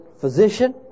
physician